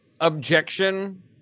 objection